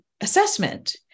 assessment